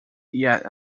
yet